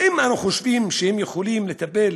האם אנחנו חושבים שהם יכולים לטפל